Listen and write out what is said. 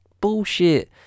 bullshit